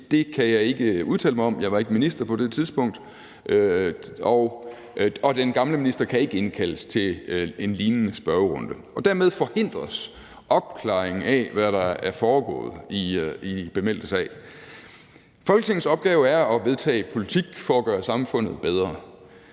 Det kan jeg ikke udtale mig om, for jeg var ikke minister på det tidspunkt. Og den gamle minister kan ikke indkaldes til en lignende spørgerunde. Dermed forhindres opklaringen af, hvad der er foregået i bemeldte sag. Folketingets opgave er at vedtage politik for at gøre samfundet bedre,